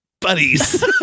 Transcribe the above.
buddies